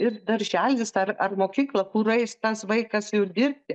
ir darželis ar ar mokykla kur eis tas vaikas jų dirbti